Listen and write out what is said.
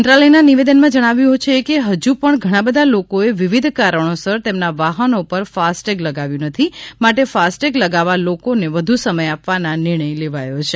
મંત્રાલયના નિવેદનમાં જણાવાયું છે કે હજુ પણ ઘણા બધા લોકો એ વિવિધ કારણોસર તેમના વાહનો પર ફાસ્ટ ટેગ લગાવ્યું નથી માટે ફાસ્ટ ટેગ લગાવવા લોકોને વધુ સમય આપવા આ નિર્ણય લેવાયો છે